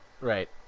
right